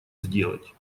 сделать